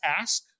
ask